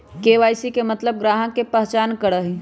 KYC के मतलब ग्राहक का पहचान करहई?